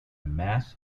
mass